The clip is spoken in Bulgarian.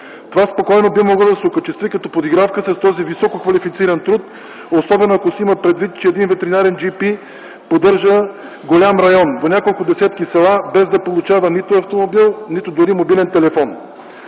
Това спокойно би могло да се окачестви като подигравка с този висококвалифициран труд, особено ако се има предвид, че един ветеринарен джипи поддържа голям район - по няколко десетки села, без да получава нито автомобил, нито дори мобилен телефон.